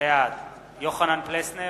בעד יוחנן פלסנר,